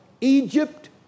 Egypt